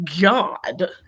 God